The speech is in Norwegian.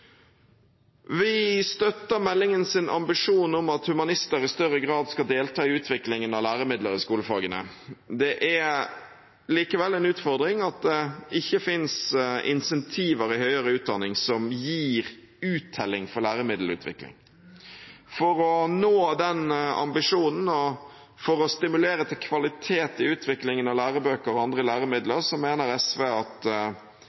Vi støtter meldingens ambisjon om at humanister i større grad skal delta i utviklingen av læremidler i skolefagene. Det er likevel en utfordring at det ikke finnes incentiver i høyere utdanning som gir uttelling for læremiddelutvikling. For å nå den ambisjonen, og for å stimulere til kvalitet i utviklingen av lærebøker og andre læremidler, mener SV at